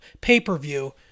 pay-per-view